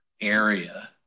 area